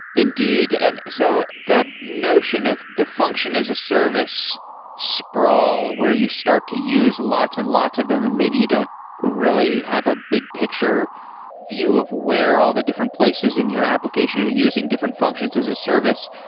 indeed. and so that notion of the function as a service sprawl where you start to use lots and lots of them and maybe you don't really have a big picture view of where all the different places in your application or you're using different functions as a service,